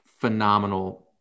phenomenal